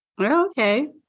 Okay